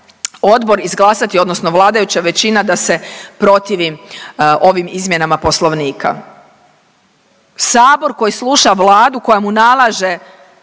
odbor izglasati odnosno vladajuća većina da se protivi ovim izmjenama poslovnika. Sabor koji sluša Vladu koja mu nalaže